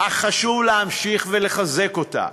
אך חשוב להמשיך ולחזק אותה,